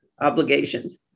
obligations